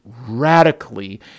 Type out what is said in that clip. radically